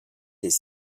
les